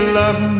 love